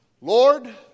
Lord